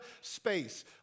space